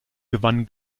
gewann